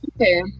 Okay